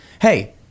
Hey